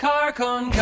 Carcon